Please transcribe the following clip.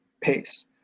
pace